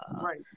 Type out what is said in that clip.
Right